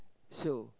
so